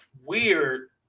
weird